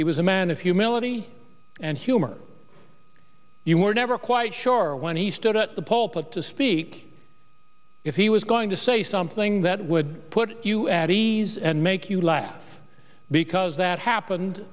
he was a man of humility and humor you were never quite sure when he stood at the pope to speak if he was going to say something that would put you at ease and make you laugh because that happened